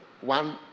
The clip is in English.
one